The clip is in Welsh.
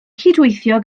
cydweithio